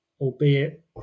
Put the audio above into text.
albeit